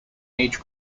each